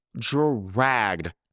dragged